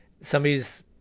somebody's